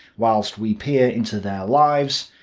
whilst we peer into their lives.